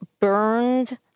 burned